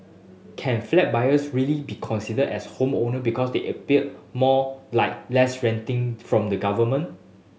can flat buyers really be considered as homeowner because they a bill more like less renting from the government